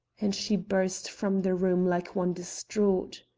and she burst from the room like one distraught.